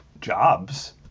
jobs